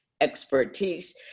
expertise